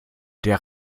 der